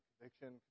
conviction